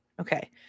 Okay